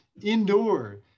indoor